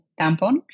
tampon